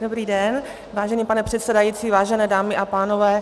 Dobrý den, vážený pane předsedající, vážené dámy a pánové.